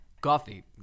coffee